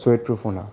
সোয়েটপ্রফও না